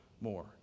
more